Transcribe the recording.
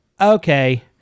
okay